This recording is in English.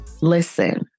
listen